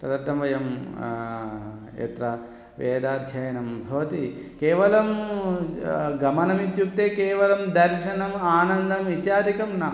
तदर्थं वयं यत्र वेदाध्ययनं भवति केवलं गमनमित्युक्ते केवलं दर्शनम् आनन्दम् इत्यादिकं न